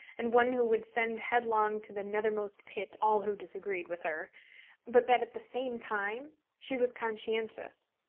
and one who would send headlong to the nethermost pit all who disagreed with her but that at the same time she was conscientious,